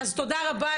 אז תודה רבה,